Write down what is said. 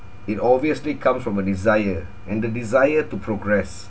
it obviously comes from a desire and the desire to progress